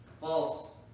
false